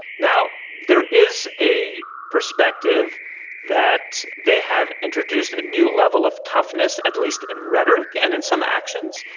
now, there is a perspective that they have introduced a new level of toughness, at least in rhetoric and in some actions.